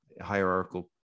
hierarchical